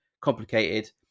complicated